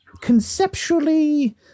conceptually